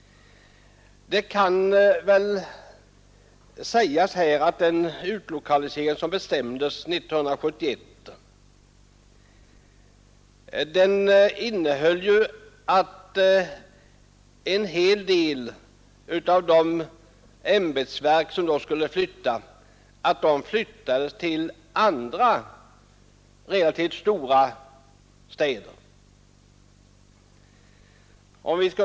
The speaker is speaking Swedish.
Det kan sägas att den utlokalisering som bestämdes 1971 innebar att en hel del av de ämbetsverk som skulle flytta utlokaliserades till andra relativt stora städer.